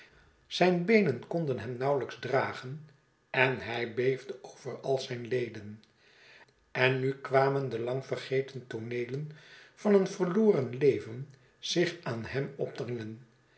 zijn beenen konden hem nauwelijks dragen en hij beefde over al zijn leden en nu kwamen de lang vergeten tooneelen van een verloren leven zich aan hem opdringen